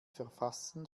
verfassen